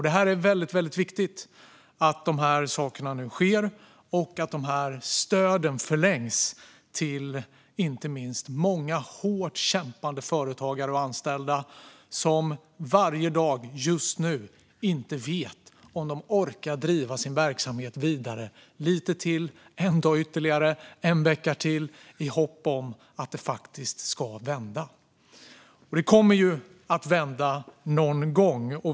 Det är väldigt viktigt att de sakerna nu sker och att stöden förlängs till inte minst många hårt kämpande företagare och anställda som varje dag, just nu, inte vet om de orkar driva sin verksamhet vidare lite till, en dag ytterligare, en vecka till, i hopp om att det ska vända. Det kommer att vända någon gång.